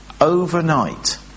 overnight